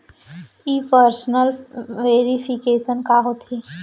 In person verification का होथे?